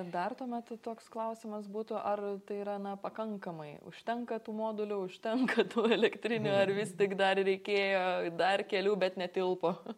dar tuomet toks klausimas būtų ar tai yra na pakankamai užtenka tų modulių užtenka tų elektrinių ar vis tik dar reikėjo dar kelių bet netilpo